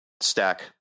stack